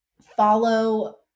follow